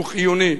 הוא חיוני.